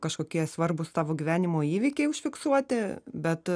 kažkokie svarbūs tavo gyvenimo įvykiai užfiksuoti bet